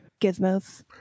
Gizmos